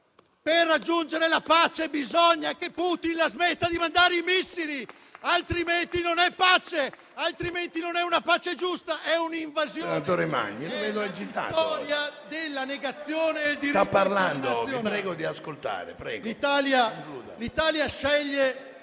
Per raggiungere la pace bisogna che Putin la smetta di lanciare i missili, altrimenti non è pace, non è una pace giusta, ma è un'invasione.